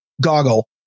goggle